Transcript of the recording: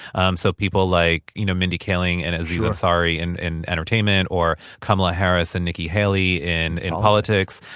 um so people like, you know, mindy kaling and aziz ansari and in entertainment or kamala harris and nikki haley in in politics.